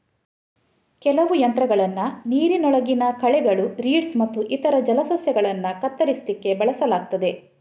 ಕೆಲವು ಯಂತ್ರಗಳನ್ನ ನೀರಿನೊಳಗಿನ ಕಳೆಗಳು, ರೀಡ್ಸ್ ಮತ್ತು ಇತರ ಜಲಸಸ್ಯಗಳನ್ನ ಕತ್ತರಿಸ್ಲಿಕ್ಕೆ ಬಳಸಲಾಗ್ತದೆ